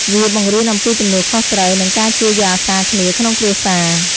វាបង្រៀនអំពីទំនួលខុសត្រូវ និងការជួយយកអាសារគ្នាក្នុងគ្រួសារ។